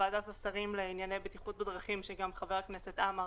הוועדה הפצירה בממשלה גם ח"כ עמאר,